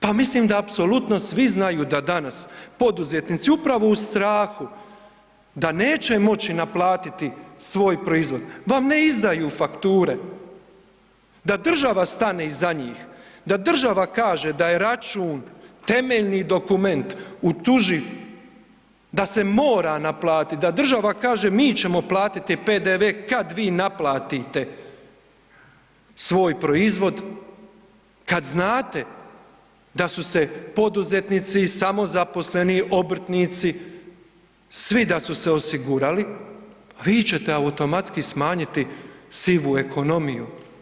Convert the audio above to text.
Pa mislim da apsolutno svi znaju da danas poduzetnici upravo u strahu da neće moći naplatiti svoj proizvode vam ne izdaju fakture, da država stane iza njih, da država kaže da je račun temeljni dokument utuživ, da se mora naplatiti, da država kaže mi ćemo platiti PDV kada vi naplatite svoj proizvod kad znate da su se poduzetnici i samozaposleni obrtnici svi da su se osigurali, a vi ćete automatski smanjiti sivu ekonomiju.